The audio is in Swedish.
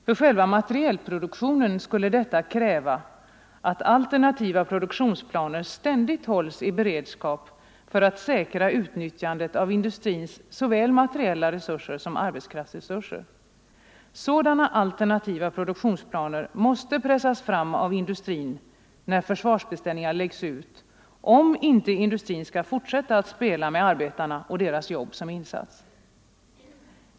För själva materielproduktionen skulle detta kräva att alternativa produktionsplaner ständigt hålls i beredskap för att säkra utnyttjandet av industrins såväl materiella resurser som arbetskraftsresurser. Sådana alternativa produktionsplaner måste pressas fram av industrin när försvarsbeställningar läggs ut, om inte industrin skall fortsätta att spela med arbetarna och deras jobb som insats.